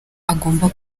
agomba